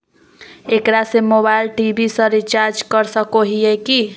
एकरा से mobile TV सब रिचार्ज कर सको हियै की?